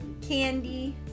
candy